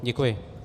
Děkuji.